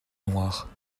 noires